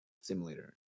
simulator